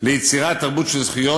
ליצירת תרבות של זכויות.